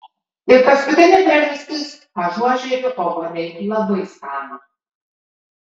ir paskutinė priežastis ažuožerių obuoliai labai skanūs